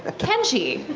ah kenji,